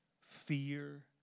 fear